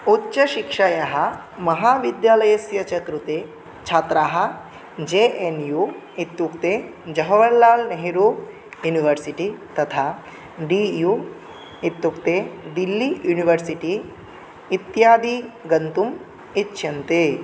उच्चशिक्षायाः महाविद्यालयस्य च कृते छात्राः जे एन् यु इत्युक्ते जहवर्लाल्नेहरू युनिवर्सिटि तथा डि यु इत्युक्ते दिल्लि युनिवर्सिटि इत्यादि गन्तुम् इच्छन्ति